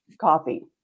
coffee